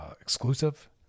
exclusive